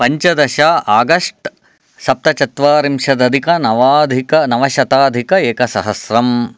पञ्चादश August सप्तचत्वारिंशतधिक नवाधिक नवशताधिक एकसहस्रम्